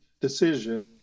decision